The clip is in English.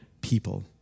people